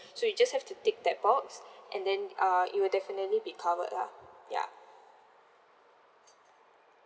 so you just have to tick that box and then uh it will definitely be covered lah ya